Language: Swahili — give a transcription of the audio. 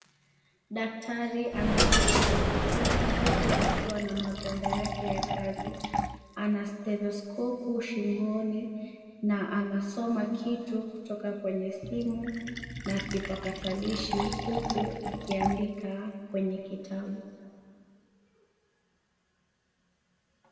Daktari ameketi ofisini huku akiwa na magwanda yake ya kazi. Anastetheskopu shingoni na anasoma kitu kutoka kwenye simu na kipakatalishi huku akiandika kwenye kitabu.